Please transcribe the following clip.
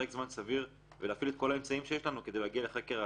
זמן סביר ולהפעיל את כל האמצעים שיש לנו כדי להגיע לחקר האמת.